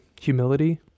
humility